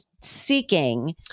seeking